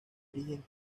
origen